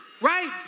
Right